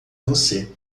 você